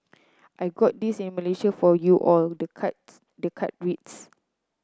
I got this in Malaysia for you all the cards the card reads